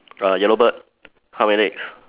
uh yellow bird how many eggs